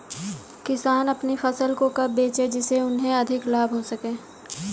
किसान अपनी फसल को कब बेचे जिसे उन्हें अधिक लाभ हो सके?